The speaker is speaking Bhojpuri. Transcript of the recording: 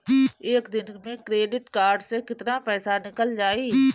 एक दिन मे क्रेडिट कार्ड से कितना पैसा निकल जाई?